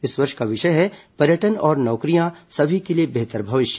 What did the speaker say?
इस वर्ष का विषय है पर्यटन और नौकरियां सभी के लिए बेहतर भविष्य